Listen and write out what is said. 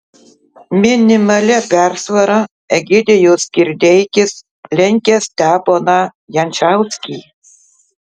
minimalia persvara egidijus kirdeikis lenkia steponą jančauskį